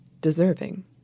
deserving